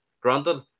granted